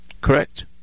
correct